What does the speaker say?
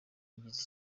bigize